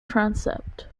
transept